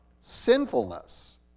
sinfulness